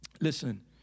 listen